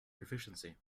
proficiency